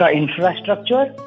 infrastructure